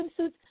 swimsuits